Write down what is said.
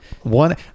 one